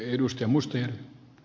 arvoisa puhemies